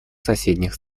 соседних